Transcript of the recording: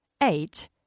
Eight